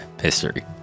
history